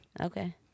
Okay